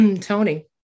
Tony